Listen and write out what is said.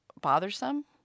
bothersome